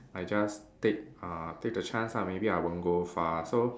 I just take (uh )take the chance ah maybe I won't go far so